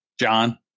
John